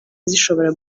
zishobora